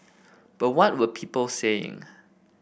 but what were people saying